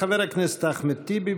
חבר הכנסת אחמד טיבי,